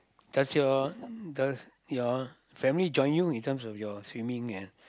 does your uh does your family join you in terms of your swimming and